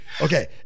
Okay